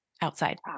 outside